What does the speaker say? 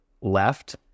left